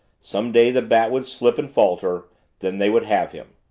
some day the bat would slip and falter then they would have him.